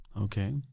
okay